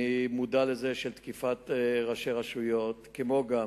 אני מודע לזה שתקיפת ראשי רשויות, כמו גם